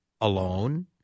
alone